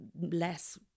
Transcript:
less